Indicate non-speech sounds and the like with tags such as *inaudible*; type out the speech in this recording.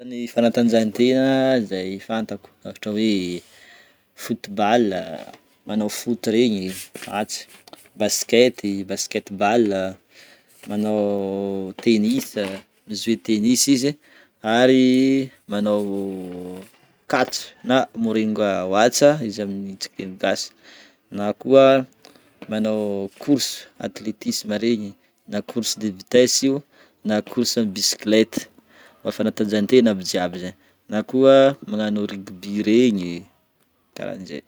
Ny fanatanjahantegna izay fantako ôhatra hoe: football a, manao foot regny, atsy, baskety basket-ball a, manao *hesitation* tennis mijouer tennis izy ary manao *hesitation* catch na morainga oatsa izy amintsika gasy, na koa manao course atletisma regny na course de vitesse io na course bicyclette ma- fanatanjahantegna aby jiaby zegny na koa magnano rugby regny karahan'jay.